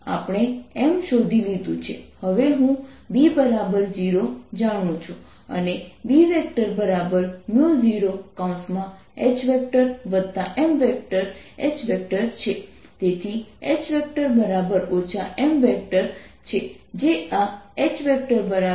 આપણે M શોધી લીધું છે અને હું B0 જાણું છું અને B0H MH છે તેથી H M છે જે આ H 32 Bapplied0 થશે